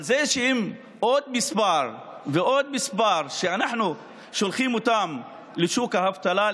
אבל זה שהם עוד מספר ועוד מספר שאנחנו שולחים אותם לשוק האבטלה,